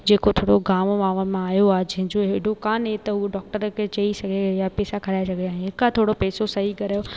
जेको थोरो गाम वांव मां आहियो आहे जंहिंजो हेॾो कोन्हे त उहा डॉक्टर खे चई सघे या पेसा खाराए सघे ऐं हिकु आहे थोरो पेसो सही कयो